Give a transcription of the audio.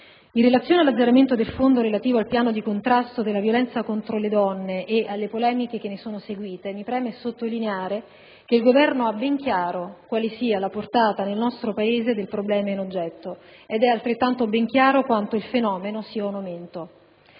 In relazione all'azzeramento del fondo relativo al Piano di contrasto della violenza contro le donne e alle polemiche che ne sono seguite, mi preme sottolineare che il Governo ha ben chiaro quale sia la portata nel nostro Paese del problema in oggetto ed è altrettanto ben chiaro quanto il fenomeno sia in aumento.